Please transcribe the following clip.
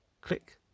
Click